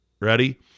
Ready